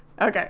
Okay